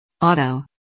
Auto